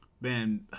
Man